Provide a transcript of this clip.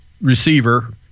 receiver